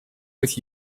with